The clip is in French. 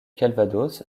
calvados